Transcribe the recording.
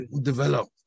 develop